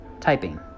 Typing